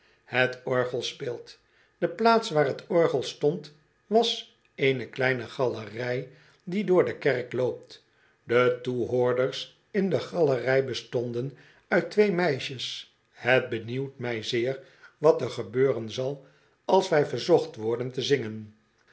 het orgel speelt de plaats waar t orgel stond was eene kleine galerij die door de kerk loopt de toehoorders in de galerij bestonden uit twee meisjes het benieuwt mij zeer wat er gebeuren zal als wij verzocht worden te zingen